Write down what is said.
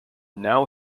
now